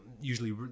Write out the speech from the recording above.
usually